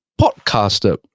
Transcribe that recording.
podcaster